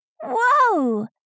Whoa